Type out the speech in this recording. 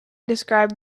described